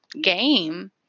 game